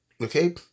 Okay